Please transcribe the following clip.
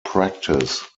practice